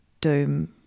doom